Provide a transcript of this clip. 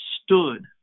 Stood